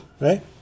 right